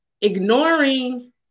ignoring